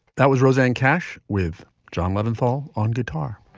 that was rosanne cash with john leventhal on guitar